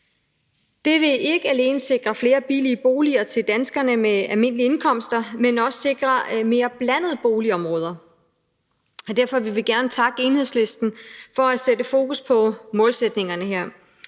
Det vil ikke alene sikre flere billige boliger til danskere med almindelige indkomster, men også sikre mere blandede boligområder. Derfor vil vi gerne takke Enhedslisten for at sætte fokus på målsætningerne her.